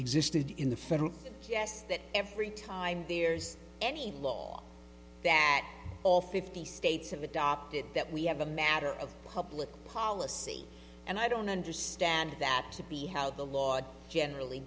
existed in the federal yes that every time there's any law that all fifty states of adopted that we have a matter of public policy and i don't understand that to be how the law generally